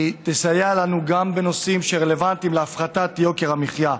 תסייע לנו גם בנושאים שרלוונטיים להפחתת יוקר המחיה.